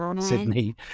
Sydney